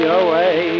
away